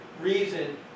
reason